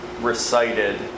recited